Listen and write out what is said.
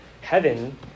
heaven